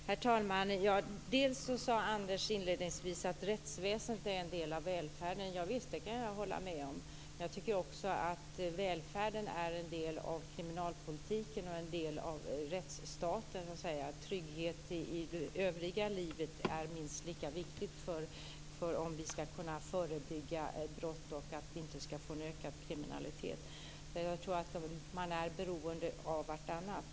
Herr talman! Anders sade inledningsvis att rättsväsendet är en del av välfärden. Javisst, det kan jag hålla med om! Men jag tycker också att välfärden är en del av kriminalpolitiken och en del av rättsstaten, dvs. trygghet i det övriga livet är minst lika viktigt för om vi ska kunna förebygga brott och att vi inte ska få en ökad kriminalitet. Jag tror att man är beroende av vartannat.